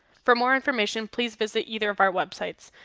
for more information please visit either of our websites.